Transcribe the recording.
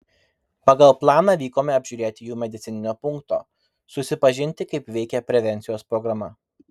pagal planą vykome apžiūrėti jų medicininio punkto susipažinti kaip veikia prevencijos programa